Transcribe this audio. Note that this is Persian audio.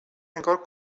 انگار